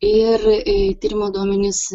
ir tyrimo duomenys